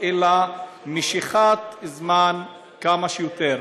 אלא משיכת זמן כמה שיותר.